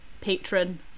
patron